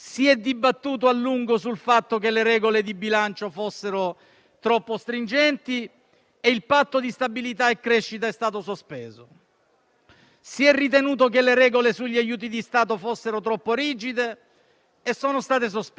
Si è ritenuto che le regole sugli aiuti di Stato fossero troppo rigide e sono state sospese. Si è lamentato che la BCE fosse troppo attenta al lato dell'inflazione e oggi abbiamo il Pandemic emergency purchase programme